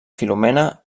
filomena